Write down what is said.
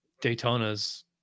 daytona's